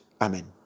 amen